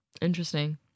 Interesting